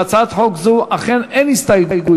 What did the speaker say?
בהצעת החוק הזאת אכן אין הסתייגויות,